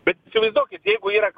bet įsivaizduokit jeigu yra